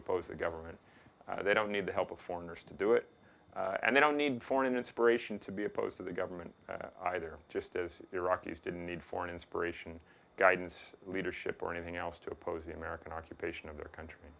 oppose the government they don't need the help of foreigners to do it and they don't need for an inspiration to be opposed to the government either just of iraqis didn't need for inspiration guidance leadership or anything else to oppose the american occupation of their country